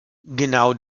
genau